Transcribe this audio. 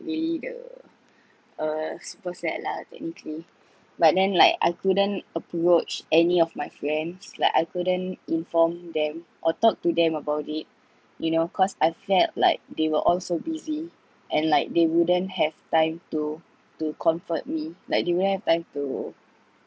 really the uh super sad lah technically but then like I couldn't approach any of my friends like I couldn't inform them or talk to them about it you know cause I felt like they were all so busy and like they wouldn't have time to to comfort me like they wouldn't have time to